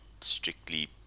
strictly